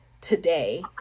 today